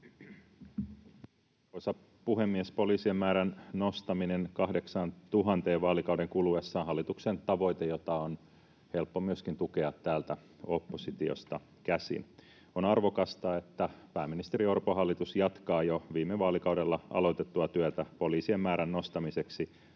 puhemies! Poliisien määrän nostaminen 8 000:een vaalikauden kuluessa on hallituksen tavoite, jota on helppo tukea myöskin täältä oppositiosta käsin. On arvokasta, että pääministeri Orpon hallitus jatkaa jo viime vaalikaudella aloitettua työtä poliisien määrän nostamiseksi